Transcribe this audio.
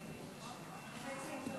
אני מקווה לתיקון, ולכן העליתי את